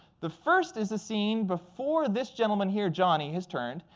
the first is a scene before this gentleman here, johnny, has turned.